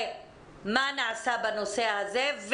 מה נעשה בנושא הזה?